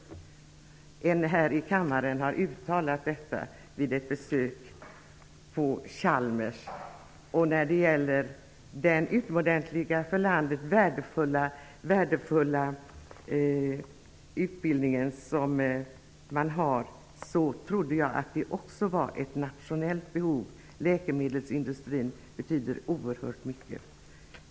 En ledamot här i kammaren har uttalat detta vid ett besök på Chalmers. När det gäller den utomordentliga och för landet värdefulla utbildning som man har också här trodde jag att det också var ett nationellt behov. Läkemedelsindustrin betyder oerhört mycket.